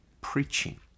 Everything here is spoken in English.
preaching